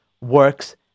works